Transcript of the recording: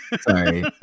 Sorry